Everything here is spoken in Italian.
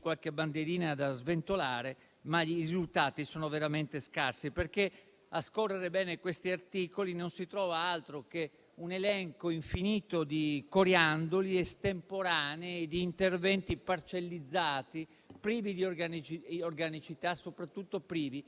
qualche bandierina da sventolare, ma i risultati sono veramente scarsi, perché a scorrere bene questi articoli non si trova altro che un elenco infinito di coriandoli, estemporanee e interventi parcellizzati privi di organicità, soprattutto privi